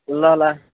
ल ल